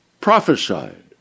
prophesied